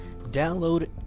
Download